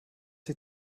sie